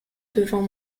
devant